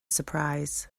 surprise